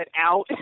out